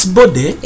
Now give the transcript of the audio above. body